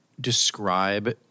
describe